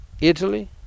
Italy